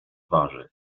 warzyw